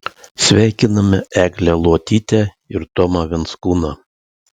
sveikiname eglę luotytę ir tomą venskūną